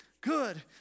good